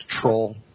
troll